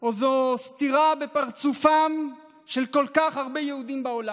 או זו סטירה בפרצופם של כל כך הרבה יהודים בעולם?